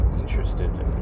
interested